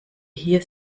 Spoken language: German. hier